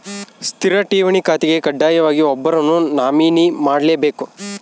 ಸ್ಥಿರ ಠೇವಣಿ ಖಾತೆಗೆ ಕಡ್ಡಾಯವಾಗಿ ಒಬ್ಬರನ್ನು ನಾಮಿನಿ ಮಾಡ್ಲೆಬೇಕ್